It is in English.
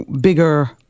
bigger